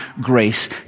grace